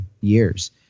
years